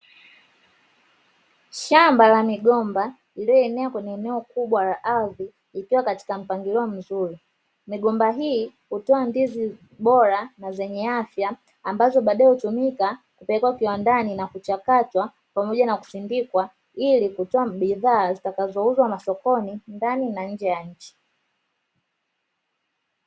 Shamba la migomba lililoenea kwenye eneo kubwa la ardhi ikiwa katika mpangilio mzuri, migomba hii hutoa ndizi bora na zenye afya ambazo baadae hutumika kupelekwa kiwandani na kuchakatwa pamoja na kusindikwa, ili kutoa bidhaa zitakazouzwa masokoni ndani na nje ya nchi.